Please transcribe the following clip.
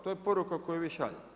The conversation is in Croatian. To je poruka koju vi šaljete.